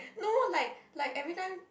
no like like everytime